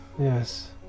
Yes